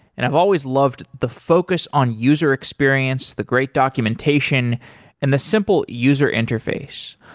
and i've always loved the focus on user experience, the great documentation and the simple user interface.